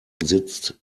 sitzt